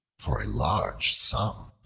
for a large sum,